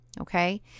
Okay